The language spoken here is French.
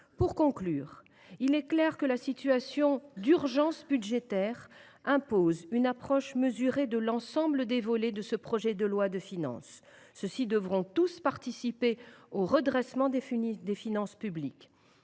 Pour conclure, il est clair que la situation d’urgence budgétaire impose une approche mesurée de l’ensemble des volets de ce projet de loi de finances. Ceux ci devront tous participer au redressement des finances publiques.